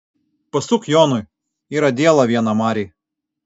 pasuk jonui yra diela viena marėj